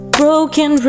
broken